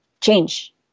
change